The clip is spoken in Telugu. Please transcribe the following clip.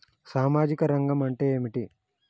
సామాజిక రంగం అంటే ఏమిటి?